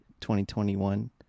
2021